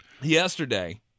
yesterday